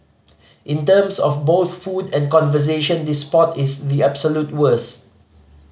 in terms of both food and conversation this spot is the absolute worst